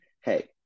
hey